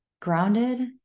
Grounded